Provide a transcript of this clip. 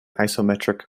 isometric